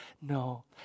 No